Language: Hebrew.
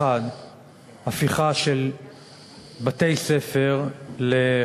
1. הפיכה של בתי-ספר לחנויות.